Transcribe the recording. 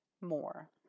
more